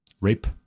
rape